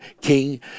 king